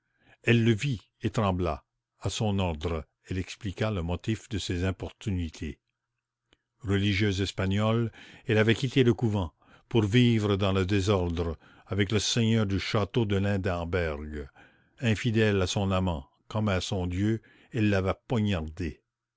elle le vit et trembla à son ordre elle expliqua le motif de ses importunités religieuse espagnole elle avait quitté le couvent pour vivre dans le désordre avec le seigneur du château de lindemberg infidèle à son amant comme à son dieu elle l'avait poignardé